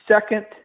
second